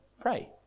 pray